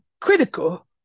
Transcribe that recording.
critical